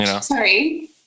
sorry